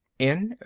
in?